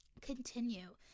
continue